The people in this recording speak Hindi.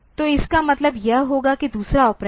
तो इसका मतलब यह होगा कि दूसरा ऑपरेंड